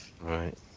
Right